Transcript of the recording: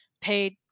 paid